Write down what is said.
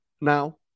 now